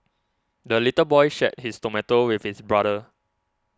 the little boy shared his tomato with his brother